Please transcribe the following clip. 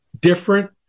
different